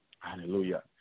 Hallelujah